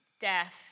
death